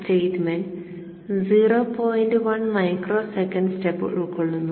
1 microsecond step ഉൾക്കൊള്ളുന്നു